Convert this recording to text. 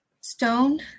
Stone